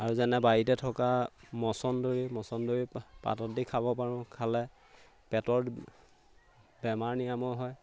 আৰু যেনে বাৰীতে থকা মচন্দৰি মচন্দৰি পাতত দি খাব পাৰোঁ খালে পেটৰ বেমাৰ নিৰাময় হয়